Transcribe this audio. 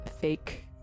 fake